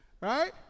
Right